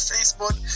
Facebook